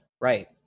Right